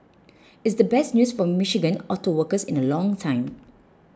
it's the best news for Michigan auto workers in a long time